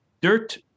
Dirt